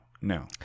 no